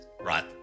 Right